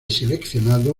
seleccionado